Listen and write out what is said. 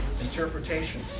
interpretation